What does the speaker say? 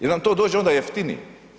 Jel vam to dođe onda jeftinije.